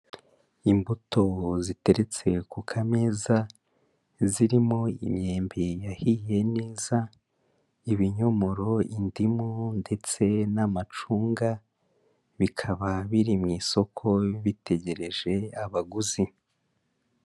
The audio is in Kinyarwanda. Imbuto ziteretse ku kameza, zirimo imyembe yahiye neza, ibinyomoro, indimu ndetse n'amacunga, bikaba biri mu isoko bitegereje abaguzi.